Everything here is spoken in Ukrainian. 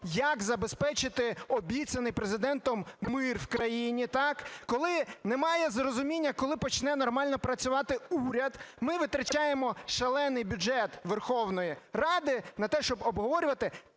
як забезпечити обіцяний Президентом мир в країні, так, коли немає розуміння, коли почне нормально працювати уряд, ми витрачаємо шалений бюджет Верховної Ради на те, щоб обговорювати